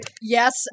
Yes